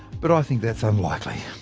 but i think that's unlikely.